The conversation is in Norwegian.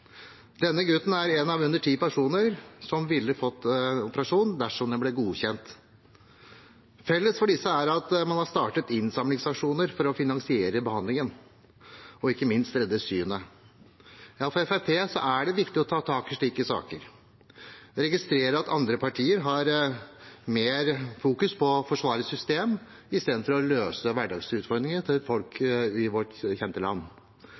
Denne gutten er en av under ti personer som ville fått operasjon dersom Luxturna ble godkjent. Felles for disse er at man har startet innsamlingsaksjoner for å finansiere behandlingen, og ikke minst redde synet. For Fremskrittspartiet er det viktig å ta tak i slike saker. Jeg registrerer at andre partier har mer i fokus å forsvare system istedenfor å løse hverdagsutfordringer for folk i vårt land.